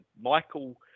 Michael